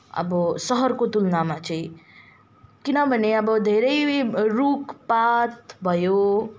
अब सहरको तुलनामा चाहिँ किनभने अब धेरै रुख पात भयो